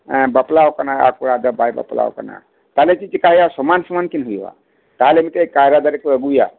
ᱵᱟᱯᱞᱟ ᱟᱠᱟᱱᱟᱭ ᱠᱚᱲᱟ ᱫᱚ ᱵᱟᱭ ᱵᱟᱯᱞᱟ ᱟᱠᱟᱱᱟ ᱛᱟᱦᱚᱞᱮ ᱪᱮᱫ ᱪᱮᱠᱟᱹᱭ ᱦᱩᱭᱩᱜᱼᱟ ᱥᱚᱢᱟᱱ ᱥᱚᱢᱟᱱ ᱠᱤᱱ ᱦᱩᱭᱩᱜᱼᱟ ᱛᱟᱦᱚᱞᱮ ᱢᱤᱫᱴᱮᱱ ᱠᱟᱭᱨᱟ ᱫᱟᱨᱮ ᱠᱚ ᱟᱹᱜᱩᱭᱟ